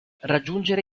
raggiungere